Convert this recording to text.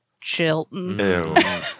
Chilton